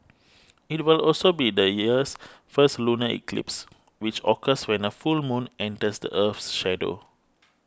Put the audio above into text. it will also be the year's first lunar eclipse which occurs when a full moon enters the Earth's shadow